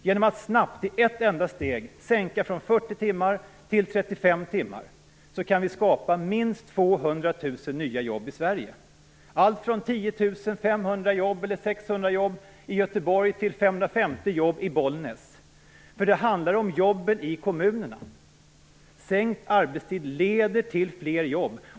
Genom att snabbt, i ett enda steg, sänka arbetstiden från 40 timmar till 35 timmar kan vi skapa minst Göteborg till 550 jobb i Bollnäs. Det handlar om jobben i kommunerna. Sänkt arbetstid leder till fler jobb.